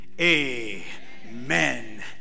amen